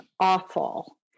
awful